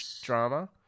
drama